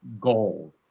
gold